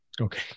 Okay